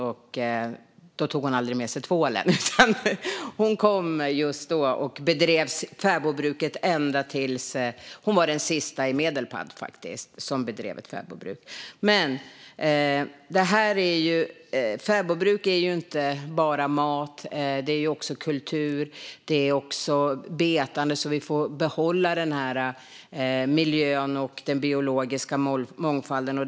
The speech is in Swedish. Tvålen tog hon aldrig med sig. Hon var den sista i Medelpad som bedrev fäbodbruk. Fäbodbruk innebär ju inte bara mat utan också kultur. Det innebär också betande som gör att vi får behålla den här miljön och den biologiska mångfalden.